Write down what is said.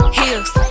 heels